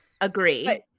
agree